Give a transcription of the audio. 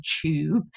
tube